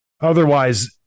Otherwise